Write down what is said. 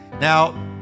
Now